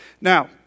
Now